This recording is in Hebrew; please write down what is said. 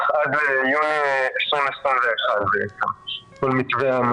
כי אנחנו מדברים כל הזמן על החזרת הכלכלה היציבה של מדינת ישראל,